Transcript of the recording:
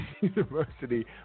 University